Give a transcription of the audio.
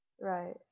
Right